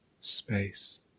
space